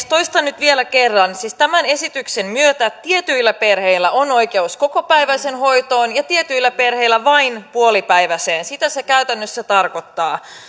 toistan nyt vielä kerran siis tämän esityksen myötä tietyillä perheillä on oikeus kokopäiväiseen hoitoon ja tietyillä perheillä vain puolipäiväiseen sitä se käytännössä tarkoittaa